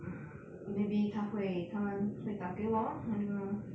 mm maybe 他会他们会打给我 lor I don't know